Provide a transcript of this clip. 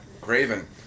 Craven